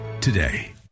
today